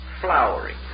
flowering